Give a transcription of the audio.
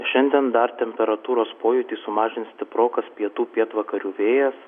šiandien dar temperatūros pojūtį sumažins stiprokas pietų pietvakarių vėjas